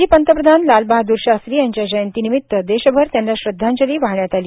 माजी पंतप्रधान लाल बहादुर शास्त्री यांच्या जयंती निमित देशभर त्यांना श्रद्वांजली वाहण्यात आली